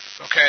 Okay